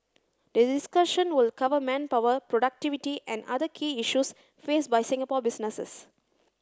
the discussion will cover manpower productivity and other key issues faced by Singapore businesses